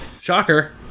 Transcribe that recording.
Shocker